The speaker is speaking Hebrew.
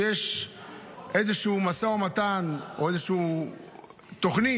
יש איזשהו משא ומתן או איזושהי תוכנית